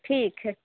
ठीक है